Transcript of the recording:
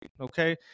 Okay